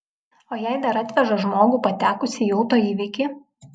o jei dar atveža žmogų patekusį į auto įvykį